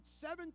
seven